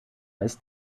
ist